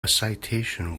citation